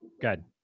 good